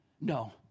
No